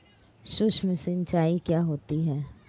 सुक्ष्म सिंचाई क्या होती है?